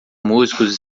músicos